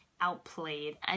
outplayed